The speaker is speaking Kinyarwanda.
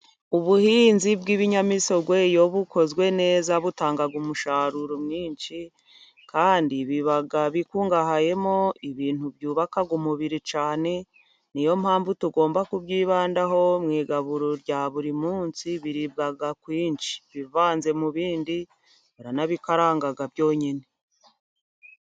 Ubuhinzi bw'ibinyamisogwe iyo bukozwe neza butanga umusaruro mwinshi, kandi biba bikungahayemo ibintu byubaka umubiri cyane. Niyo mpamvu tugomba kubyibandaho mu igaburo rya buri munsi. Biribwa kwinshi, bivanze mu bindi, baranabikaranga byonyine.